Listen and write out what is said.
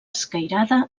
escairada